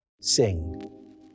sing